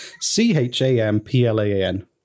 C-H-A-M-P-L-A-N